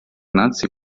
наций